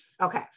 okay